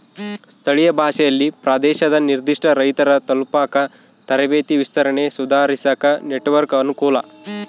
ಸ್ಥಳೀಯ ಭಾಷೆಯಲ್ಲಿ ಪ್ರದೇಶದ ನಿರ್ಧಿಷ್ಟ ರೈತರ ತಲುಪಾಕ ತರಬೇತಿ ವಿಸ್ತರಣೆ ಸುಧಾರಿಸಾಕ ನೆಟ್ವರ್ಕ್ ಅನುಕೂಲ